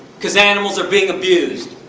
cause animals are being abused.